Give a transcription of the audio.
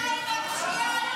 בינתיים הפשיעה עלתה ב-130%.